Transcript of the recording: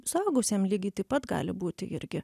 suaugusiem lygiai taip pat gali būti irgi